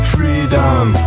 Freedom